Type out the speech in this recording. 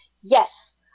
yes